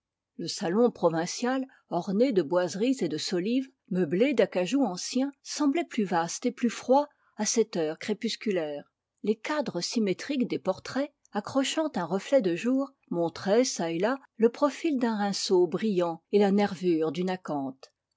le salon provincial orné de boiseries et de solives meublé d'acajou ancien plus vaste et plus froid à cette heure crépusculaire les cadres symétriques des portraits accrochant un reflet de jour montraient çà et là le profil d'un rinceau brillant et la nervure d'une